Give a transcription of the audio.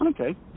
Okay